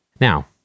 now